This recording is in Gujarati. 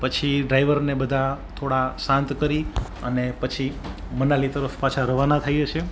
પછી ડ્રાઈવરને બધા થોડા શાંત કરી અને પછી મનાલી તરફ પાછા રવાના થઈએ છીએ